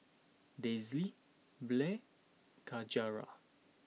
Daisye Blair Yajaira